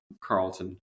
Carlton